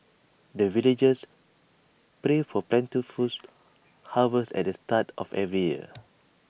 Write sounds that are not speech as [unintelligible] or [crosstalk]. the villagers pray for plentiful [unintelligible] harvest at the start of every year